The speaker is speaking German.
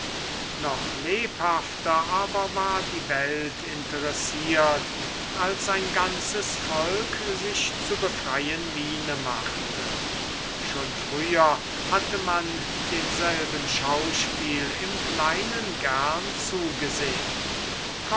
noch lebhafter aber war die welt interessiert als ein ganzes volk sich zu befreien miene machte schon früher hatte man demselben schauspiel im kleinen gern zugesehn